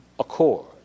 accord